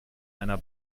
einer